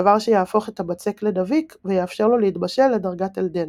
דבר שיהפוך את הבצק לדביק ויאפשר לו להתבשל לדרגת אל דנטה.